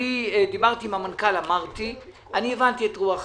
אני דיברתי עם המנכ"ל ואני הבנתי את רוח הדברים.